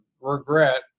regret